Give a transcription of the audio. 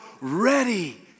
ready